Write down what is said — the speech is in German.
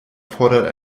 fordert